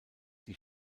die